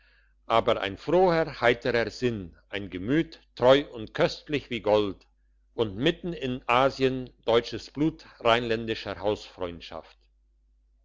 aber ein froher heiterer sinn ein gemüt treu und köstlich wie gold und mitten in asien deutsches blut